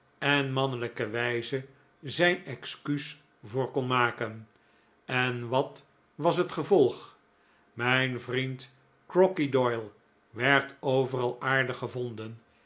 en mannelijke wijze zijn excuus voor kon maken en wat was het gevolg mijn vriend crocky doyle werd overal aardig gevonden